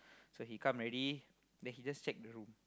so he come already then he just check the room